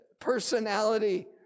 personality